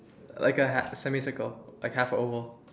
like a h~ semi circle like half an oval